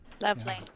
Lovely